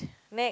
next